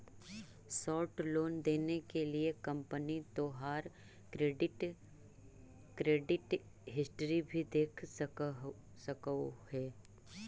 short loan देने के लिए कंपनी तोहार क्रेडिट क्रेडिट हिस्ट्री भी देख सकलउ हे